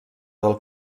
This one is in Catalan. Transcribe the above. del